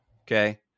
Okay